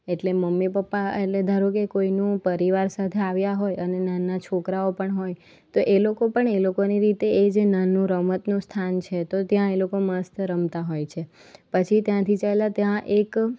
એટલે mummy papa એટલે ધારો કે કોઈનું પરિવાર સાથે આવ્યા હોય અને નાના નાના છોકરાઓ પણ હોય તો એ લોકો પણ એ લોકોની રીતે એ જે નાનું રમતનું સ્થાન છે તો ત્યાં એ લોકો મસ્ત રમતા હોય છે પછી ત્યાંથી ચાલ્યા ત્યાં એક